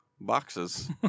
Boxes